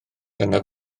dyna